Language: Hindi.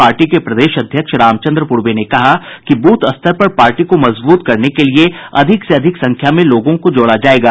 पार्टी के प्रदेश अध्यक्ष रामचन्द्र पूर्वे ने कहा कि बूथ स्तर पर पार्टी को मजबूत करने के लिए अधिक से अधिक संख्या में लोगों को जोड़ा जायेगा